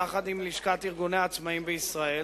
יחד עם חברת לשכת ארגוני העצמאים בישראל,